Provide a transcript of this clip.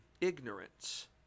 ignorance